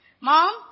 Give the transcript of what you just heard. Mom